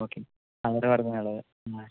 okay പായറുവർഗങ്ങള് എന്നാൽ